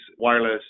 wireless